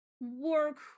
work